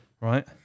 Right